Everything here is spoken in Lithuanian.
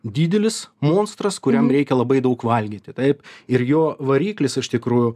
didelis monstras kuriam reikia labai daug valgyti taip ir jo variklis iš tikrųjų